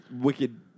wicked